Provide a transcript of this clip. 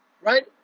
right